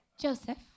Joseph